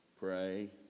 pray